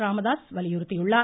ராமதாஸ் வலியுறுத்தியுள்ளார்